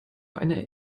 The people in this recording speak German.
einer